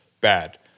bad